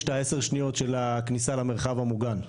את ה-10 שניות של הכניסה למרחב המוגן.